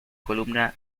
columna